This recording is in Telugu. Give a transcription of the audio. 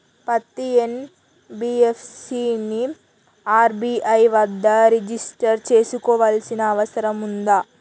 పత్తి ఎన్.బి.ఎఫ్.సి ని ఆర్.బి.ఐ వద్ద రిజిష్టర్ చేసుకోవాల్సిన అవసరం ఉందా?